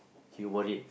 she worth it